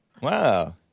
Wow